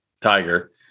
tiger